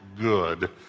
good